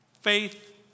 faith